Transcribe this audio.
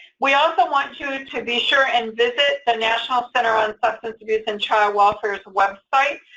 we also want you to be sure and visit the national center on substance abuse and child welfare's website.